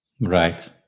Right